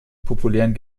populären